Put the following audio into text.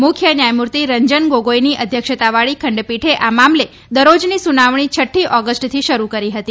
મુખ્ય ન્યાયમૂર્તિ રંજન ગોગોઈની અધ્યક્ષતાવાળી ખંડપીઠે આ મામલે દરરોજની સુનાવણી છઠ્ઠી ઓગસ્ટથી શરૂ કરી હતી